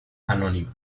anónima